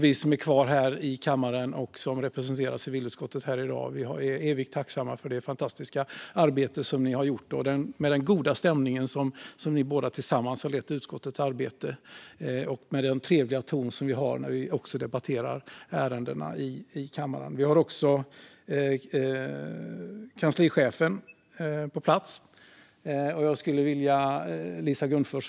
Vi som är kvar här i kammaren och representerar civilutskottet här i dag är er evigt tacksamma för det fantastiska arbete ni gjort, den goda stämningen när ni tillsammans har lett utskottets arbete och den trevliga tonen som vi har också när vi debatterar ärendena i kammaren. Vi har också kanslichefen Lisa Gunnfors på plats här.